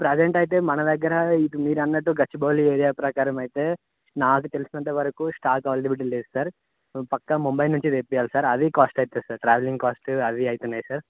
present అయితే మన దగ్గర ఇది మీరు అన్నట్టు గచ్చిబౌలి ఏరియా ప్రకారం అయితే నాకు తెలిసినంత వరకు స్టాక్ అవైలబిటీ లేదు సార్ పక్క ముంబై నుంచి తప్పించాలి సార్ అది కాస్ట్ అయితే సార్ ట్రావెలింగ్ కాస్ట్ అవి అవుతున్నాయి సార్